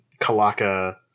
Kalaka